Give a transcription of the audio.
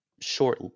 short